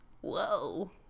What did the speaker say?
whoa